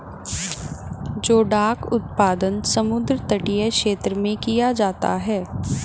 जोडाक उत्पादन समुद्र तटीय क्षेत्र में किया जाता है